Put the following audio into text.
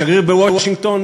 השגריר בוושינגטון,